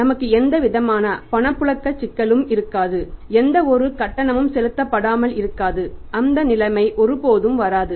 நமக்கு எந்தவிதமான பணப்புழக்க சிக்கலும் இருக்காது எந்தவொரு கட்டணமும் செலுத்தப்படாமல் இருக்காது அந்த நிலைமை ஒருபோதும் வராது